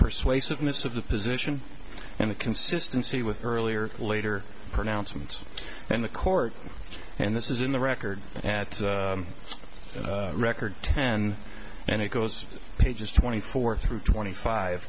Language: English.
persuasiveness of the position and the consistency with earlier later pronouncements and the court and this is in the record at its record ten and it goes of pages twenty four through twenty five